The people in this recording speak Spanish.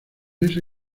ese